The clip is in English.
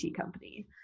company